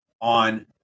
on